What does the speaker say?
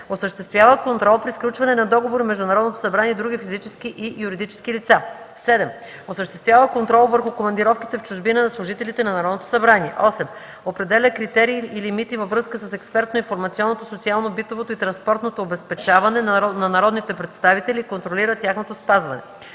осъществява контрол при сключване на договори между Народното събрание и други физически и юридически лица; 7. осъществява контрол върху командировките в чужбина на служителите на Народното събрание; 8. определя критерии и лимити във връзка с експертно-информационното, социално-битовото и транспортното обезпечаване на народните представители и контролира тяхното спазване.